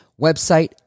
website